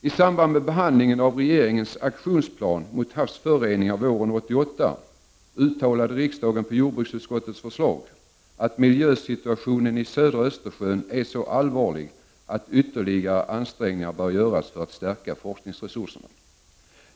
I samband med behandlingen av regeringens aktionsplan mot havsföroreningar våren 1988 uttalade riksdagen på jordbruksutskottet förslag att miljösituationen i södra Östersjön är så allvarlig att ytterligare ansträngningar bör göras för att stärka forskningsresurserna.